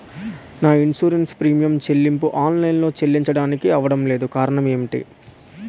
నా insurance premium చెల్లింపు online లో చెల్లించడానికి అవ్వడం లేదు కారణం ఏమిటి?